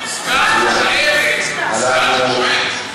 הוא סגן מושעה, בעצם.